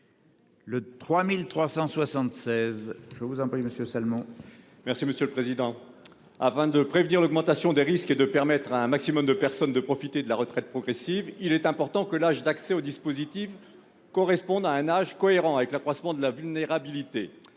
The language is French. La parole est à M. Daniel Salmon. Afin de prévenir l'augmentation des risques et de permettre à un maximum de personnes de profiter de la retraite progressive, il est important que l'âge d'accès au dispositif corresponde à un âge cohérent avec l'accroissement de la vulnérabilité.